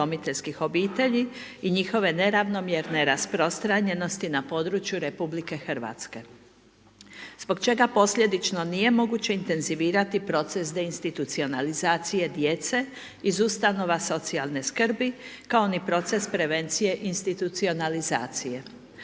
i njihove neravnomjerne rasprostranjenosti na području RH, zbog čega posljedično nije moguće intenzivirati proces deinstitucionalizacije djece iz ustanova socijalne skrbi kao ni proces prevencije institucionalizacije.